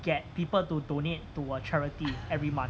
get people to donate to a charity every month